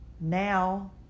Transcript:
Now